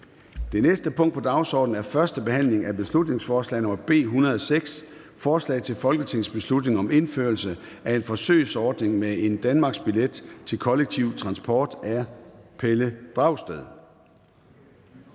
Det næste punkt på dagsordenen er: 12) 1. behandling af beslutningsforslag nr. B 106: Forslag til folketingsbeslutning om indførelse af en forsøgsordning med en Danmarksbillet til kollektiv transport. Af Pelle Dragsted